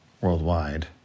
worldwide